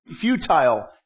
Futile